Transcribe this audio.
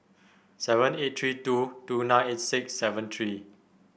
seven eight three two two nine eight six seven three